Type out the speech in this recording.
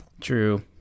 True